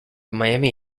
miami